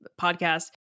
podcast